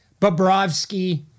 Bobrovsky